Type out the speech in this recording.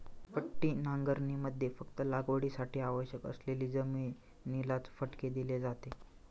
पट्टी नांगरणीमध्ये फक्त लागवडीसाठी आवश्यक असलेली जमिनीलाच फटके दिले जाते